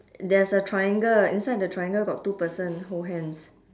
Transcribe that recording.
there's a triangle inside the triangle got two person hold hands